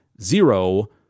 zero